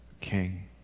king